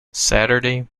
saturday